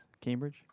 Cambridge